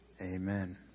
Amen